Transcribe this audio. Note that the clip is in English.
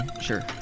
sure